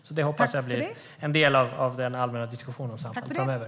Jag hoppas att detta blir en del av den allmänna diskussionen om Samhall framöver.